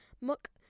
muck